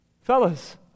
Fellas